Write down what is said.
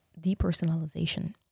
depersonalization